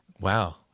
wow